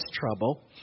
trouble